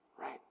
right